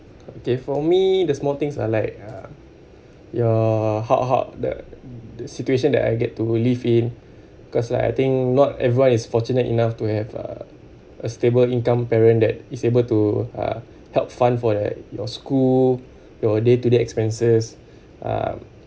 okay for me there's small things are like uh your how how the the situation that I get to live in cause like I think not everyone is fortunate enough to have a a stable income parent that is able to uh help fund for like your school your day to day expenses uh